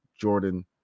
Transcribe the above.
Jordan